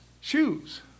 shoes